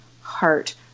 heart